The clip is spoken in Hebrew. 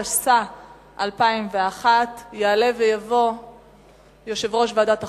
התשס"א 2001. יעלה ויבוא יושב-ראש ועדת החוקה,